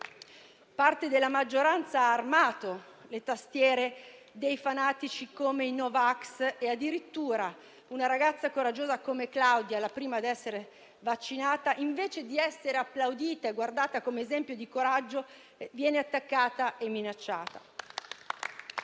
parte della maggioranza ha armato le tastiere dei fanatici, come i no vax, e addirittura una ragazza coraggiosa come Claudia, la prima ad essere vaccinata, invece di essere applaudita e guardata come esempio di coraggio, viene attaccata e minacciata.